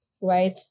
right